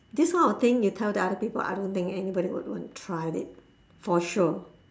this kind of thing you tell the other people I don't think anybody would want to try it for sure